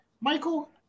Michael